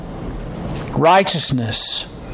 righteousness